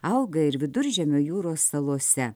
auga ir viduržemio jūros salose